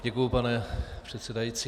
Děkuji, pane předsedající.